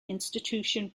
institution